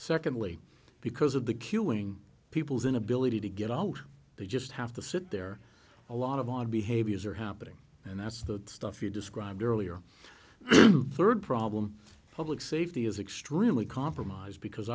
secondly because of the queuing people's inability to get out they just have to sit there a lot of odd behaviors are happening and that's the stuff you described earlier third problem public safety is extremely compromised because